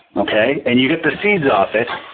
okay, and you get the seeds off it,